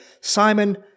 Simon